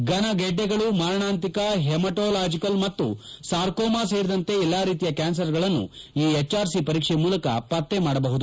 ಫನ ಗೆಡ್ಡೆಗಳು ಮಾರಣಾಂತಿಕ ಹೆಮಟೊಲಾಜಿಕಲ್ ಮತ್ತು ಸಾರ್ಕೋಮಾ ಸೇರಿದಂತೆ ಎಲ್ಲಾ ರೀತಿಯ ಕ್ಯಾನ್ಸರ್ಗಳನ್ನು ಈ ಎಚ್ಆರ್ಸಿ ಪರೀಕ್ಷೆ ಮೂಲಕ ಪತ್ತೆ ಮಾಡಬಹುದು